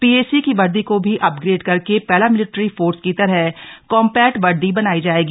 PAC की वर्दी को भी अपग्रेड करके पैरामिलिट्री फोर्स की तरह कॉम्बैट वर्दी बनाई जाएगी